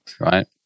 right